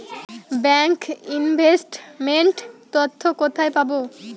Bank investment তথ্য কোথায় পাব?